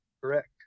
Correct